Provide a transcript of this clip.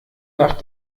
nach